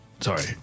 Sorry